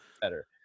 better